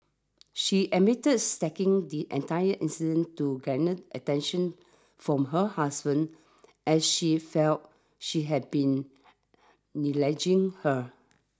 she admitted staging the entire incident to garner attention from her husband as she felt she had been neglecting her